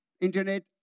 internet